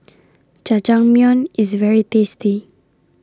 Jajangmyeon IS very tasty